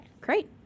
Great